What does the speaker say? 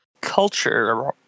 culture